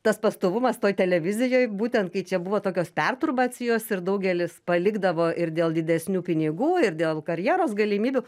tas pastovumas toj televizijoj būtent kai čia buvo tokios perturbacijos ir daugelis palikdavo ir dėl didesnių pinigų ir dėl karjeros galimybių